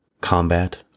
Combat